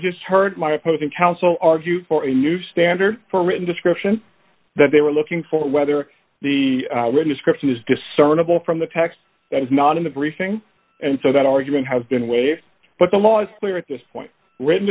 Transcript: just heard my opposing counsel argue for a new standard for a written description that they were looking d for whether the description is discernible from the text that is not in the briefing and so that argument has been waived but the law is clear at this point written